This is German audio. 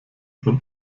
von